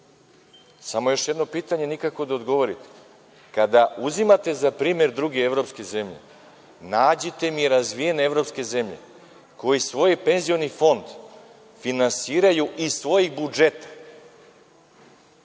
na još jedno pitanje nikako da odgovorite. Kada uzimate za primer druge evropske zemlje, nađite mi razvijene evropske zemlje koje svoj penzioni fond finansiraju iz svojih budžeta?